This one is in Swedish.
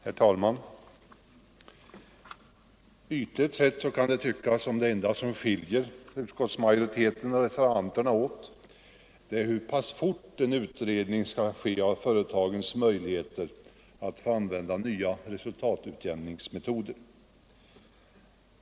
Herr talman! Ytligt sett kan det tyckas som om det enda som skiljer utskottsmajoriteten från reservanterna är uppfattningen om hur pass fort en utredning skall ske av företagens möjligheter att få använda nya resultatutjämningsmetoder.